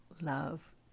love